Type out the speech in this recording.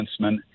defenseman